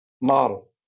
model